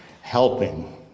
helping